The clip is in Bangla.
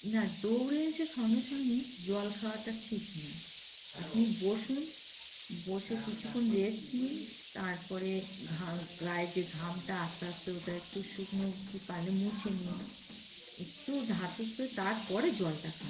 না দৌড়ে এসে সঙ্গে সঙ্গে জল খাওয়াটা ঠিক না আপনি বসুন বসে কিছুক্ষণ রেস্ট নিন তারপরে ঘা গায়ে যে ঘামটা আস্তে আস্তে ওটা একটু শুকনো পালে মুছে নিন একটু ধাতস্ত তারপরে জলটা খান